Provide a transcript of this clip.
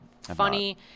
Funny